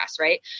right